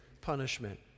punishment